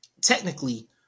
technically